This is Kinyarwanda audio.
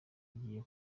agiye